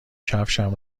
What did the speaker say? کفشم